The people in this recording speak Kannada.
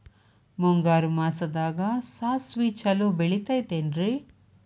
ಮುಂಗಾರು ಮಾಸದಾಗ ಸಾಸ್ವಿ ಛಲೋ ಬೆಳಿತೈತೇನ್ರಿ?